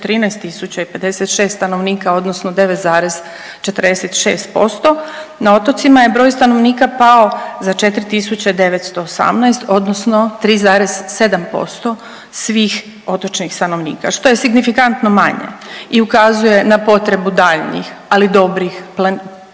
413 056 stanovnika odnosno 9,46%. Na otocima je broj stanovnika pao za 4918 odnosno 3,7% svih otočnih stanovnika, što je signifikantno manje i ukazuje na potrebu daljnjih, ali dobrih planiranja